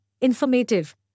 informative